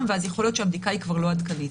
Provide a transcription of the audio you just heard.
ואז יכול להיות שהבדיקה היא כבר לא עדכנית.